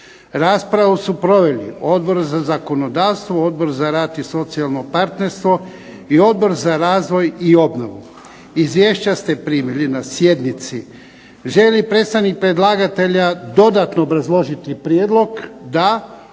Raspravu su proveli Odbor za zakonodavstvo, Odbor za rad i socijalno partnerstvo i Odbor za razvoj i obnovu. Izvješća ste primili na sjednici. Želi li predstavnik predlagatelja dodatno obrazložiti prijedlog? Da.